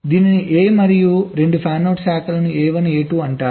దీనిని A మరియు 2 fanout శాఖలను A1 A2 అంటారు